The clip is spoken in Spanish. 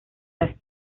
las